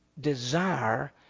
desire